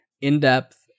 in-depth